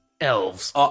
Elves